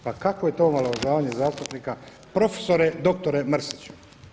Pa kakvo je to omalovažavanje zastupnika profesore doktore Mrsiću?